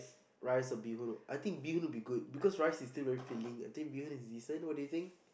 rice or bee-hoon I think bee-hoon will be good because rice is still very filling I think bee-hoon is decent what do you think